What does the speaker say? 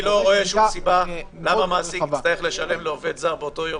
אני לא רואה שום סיבה למה מעסיק צריך לשלם לעובד זר באותו יום